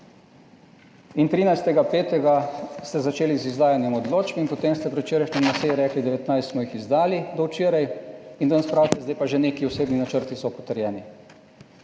in 13. 5., ste začeli z izdajanjem odločb in potem ste predvčerajšnjim na seji rekli, 19 smo jih izdali do včeraj in danes pravite, zdaj pa že neki osebni načrti so potrjeni.